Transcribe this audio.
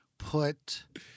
put